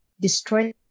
destroy